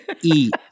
eat